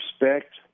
respect